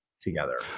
together